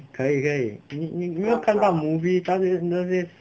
可以可以你你没有看到 movie 那些那些